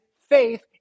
faith